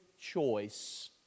Choice